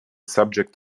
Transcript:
subject